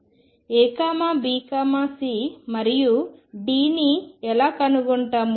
A B C మరియు Dని ఎలా కనుగొంటారు